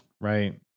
Right